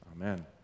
Amen